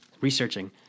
researching